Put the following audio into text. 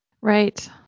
Right